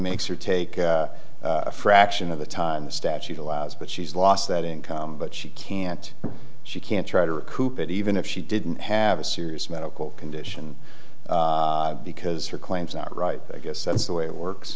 makes her take a fraction of the time the statute allows but she's lost that income but she can't she can try to recoup it even if she didn't have a serious medical condition because her claims out right i guess that's the way it works